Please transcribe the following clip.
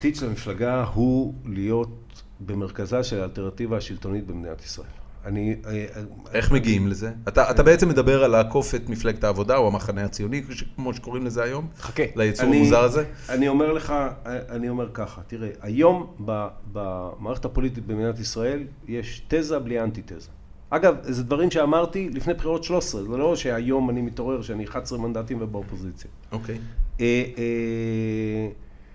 ‫העתיד של המפלגה הוא להיות במרכזה ‫של האלטרנטיבה השלטונית במדינת ישראל. ‫אני... איך מגיעים לזה? ‫אתה בעצם מדבר על לעקוף ‫את מפלגת העבודה או המחנה הציוני, ‫כמו שקוראים לזה היום, חכה, ‫ליצור המוזר הזה? ‫אני אומר לך, אני אומר ככה. ‫תראה, היום במערכת הפוליטית ‫במדינת ישראל יש תזה בלי אנטי-תזה. ‫אגב, זה דברים שאמרתי ‫לפני בחירות 13, ‫זה לא שהיום אני מתעורר ‫שאני 11 מנדטים ובאופוזיציה. אוקיי